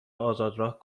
آزادراه